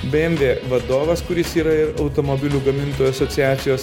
bmv vadovas kuris yra ir automobilių gamintojų asociacijos